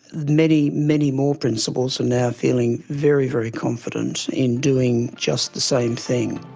many, many more principals are now feeling very, very confident in doing just the same thing.